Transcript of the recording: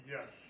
Yes